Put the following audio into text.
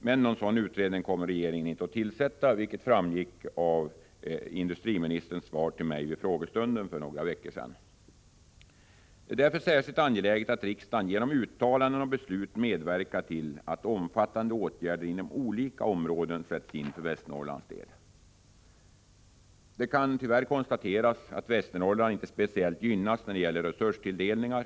Men någon sådan utredning kommer regeringen inte att tillsätta, vilket framgick av industriministerns svar till mig vid frågestunden för några veckor sedan. Det är därför särskilt angeläget att riksdagen genom uttalanden och beslut medverkar till att omfattande åtgärder inom olika områden sätts in för Västernorrlands del. Det kan tyvärr konstateras att Västernorrland inte speciellt gynnats när det gäller resurstilldelningar.